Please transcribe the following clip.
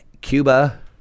Cuba